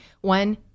One